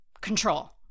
control